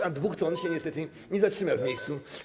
A dwóch ton się niestety nie zatrzyma w miejscu.